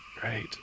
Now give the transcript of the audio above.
Great